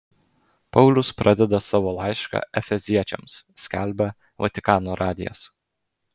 paulius pradeda savo laišką efeziečiams skelbia vatikano radijas